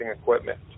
equipment